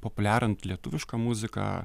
populiarint lietuvišką muziką